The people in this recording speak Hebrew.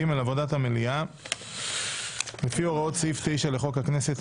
ג.עבודת המליאה - 3.לפי הוראות סעיף 9 לחוק הכנסת,